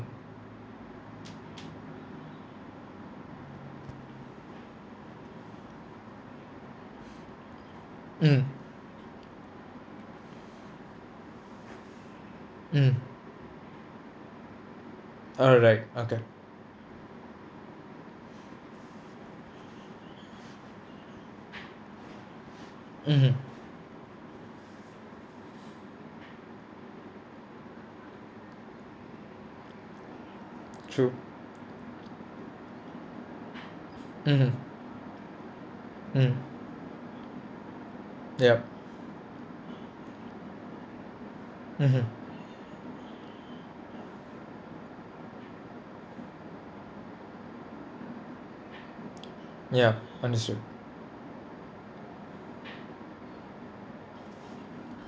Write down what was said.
mmhmm mm alright okay mmhmm true mmhmm mm ya mmhmm ya understood